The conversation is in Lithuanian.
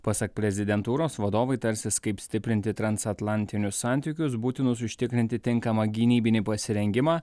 pasak prezidentūros vadovai tarsis kaip stiprinti transatlantinius santykius būtinus užtikrinti tinkamą gynybinį pasirengimą